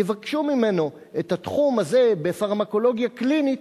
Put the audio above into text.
יבקשו ממנו: את התחום הזה בפרמקולוגיה קלינית,